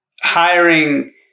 hiring